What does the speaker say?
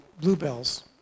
bluebells